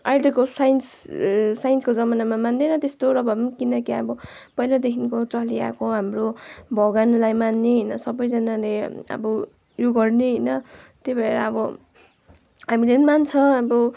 अहिलेको साइन्स साइन्सको जमानामा मान्दैन त्यस्तो र भए पनि किनकि अब पहिलादेखिको चलिआएको हाम्रो भगवान्लाई मान्ने होइन सबैजनाले अब उयो गर्ने होइन त्यही भएर अब हामीले नि मान्छे अब